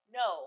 no